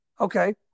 Okay